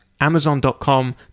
Amazon.com